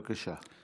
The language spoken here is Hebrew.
שעה